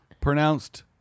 Pronounced